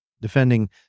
defending